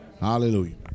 hallelujah